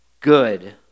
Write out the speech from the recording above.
good